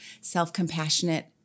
self-compassionate